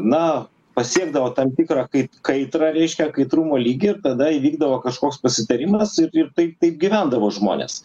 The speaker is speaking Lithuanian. na pasiekdavo tam tikrą kaip kaitrą reiškia kaitrumo lygį ir tada įvykdavo kažkoks pasitarimas ir ir taip taip gyvendavo žmonės